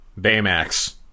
Baymax